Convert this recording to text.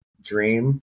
dream